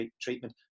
treatment